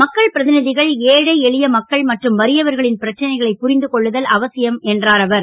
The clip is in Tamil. மக்கள் பிரதிநிதிகள் ஏழை எளிய மக்கள் மற்றும் வறியவர்களின் பிரச்சனைகளை புரந்து கொள்ளுதல் அவசியம் என்றார் அவர்